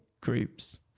groups